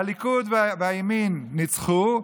הליכוד והימין ניצחו,